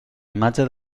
imatge